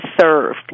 served